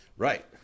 Right